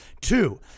Two